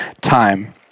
time